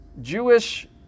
Jewish